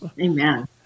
Amen